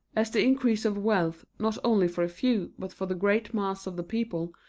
as the increase of wealth, not only for a few, but for the great mass of the people,